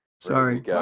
Sorry